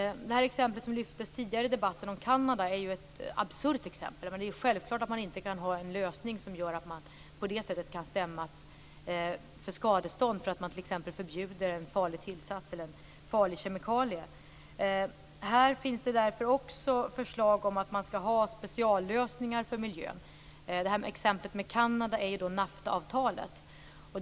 Kanada nämndes i den tidigare debatten. Det är ju absurt exempel. Det är självklart att man inte kan ha en lösning som gör att man kan bli dömd till skadestånd för att man förbjuder en farlig tillsats eller en farlig kemikalie. Här finns det också förslag om att man skall ha speciallösningar för miljön. Exemplet med Kanada gäller ju NAFTA-avtalet.